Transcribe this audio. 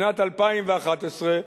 שנת 2011,